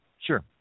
Sure